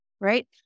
right